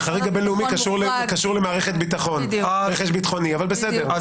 כי החריג הבינלאומי קשור למערכת ביטחון ברכש ביטחוני אבל בסדר.